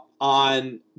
on